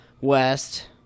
West